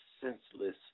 senseless